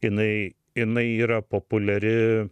inai inai yra populiari